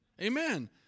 Amen